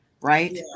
right